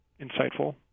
insightful